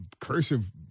cursive